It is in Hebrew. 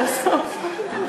זה הסוף.